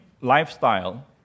lifestyle